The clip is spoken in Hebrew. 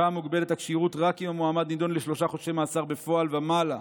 שם מוגבלת הכשירות רק אם המועמד נידון לשלושה חודשי מאסר בפועל ומעלה.